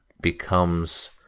becomes